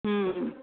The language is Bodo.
ओम